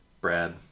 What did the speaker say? Brad